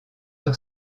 sur